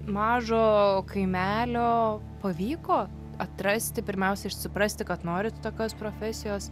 mažo kaimelio pavyko atrasti pirmiausia ir suprasti kad norit tokios profesijos